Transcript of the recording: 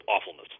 awfulness